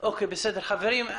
כבר קבענו אתו.